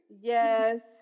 yes